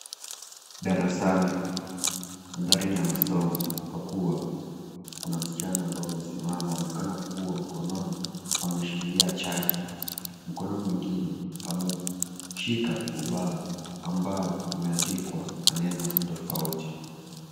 Darasani, mandhari ni ya masomo, kwa kuwa kuna msichana ambao amesimama, aonekana kuwa mkononi , ameushikilia chaki, mkono mwingine ameushika ubao, ambao umeandikwa maneno tofauti.